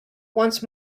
once